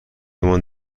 مان